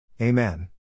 Amen